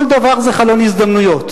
כל דבר זה חלון הזדמנויות.